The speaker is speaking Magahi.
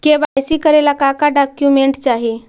के.वाई.सी करे ला का का डॉक्यूमेंट चाही?